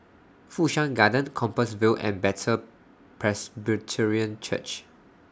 Fu Shan Garden Compassvale and Bethel Presbyterian Church